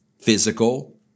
physical